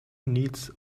needs